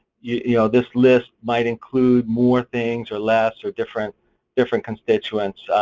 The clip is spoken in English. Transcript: you know this list might include more things or less or different different constituents,